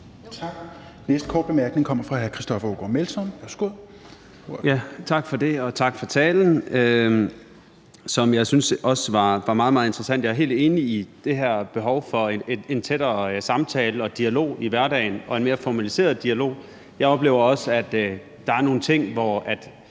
Melson. Værsgo. Kl. 21:13 Christoffer Aagaard Melson (V): Tak for det, og tak for talen, som jeg også synes var meget, meget interessant. Jeg er helt enig i, at der er det her behov for en tættere samtale og dialog i hverdagen og en mere formaliseret dialog, og jeg oplever også, at der er nogle ting, hvor